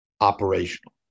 operational